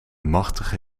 machtige